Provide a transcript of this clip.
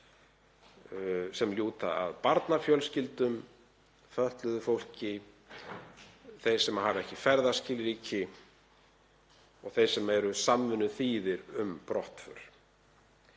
sem lúta að barnafjölskyldum, fötluðu fólki, þeim sem hafa ekki ferðaskilríki og þeim sem eru samvinnuþýðir um brottför.